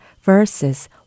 verses